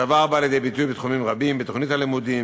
הדבר בא לידי ביטוי בתחומים רבים: בתוכניות הלימודים,